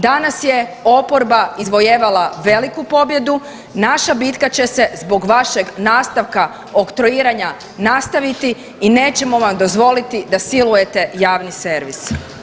Danas je oporba izvojevala veliku pobjedu, naša bitka će se zbog vašeg nastavka oktroiranja nastaviti i nećemo vam dozvoliti da silujete javni servis.